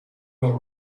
your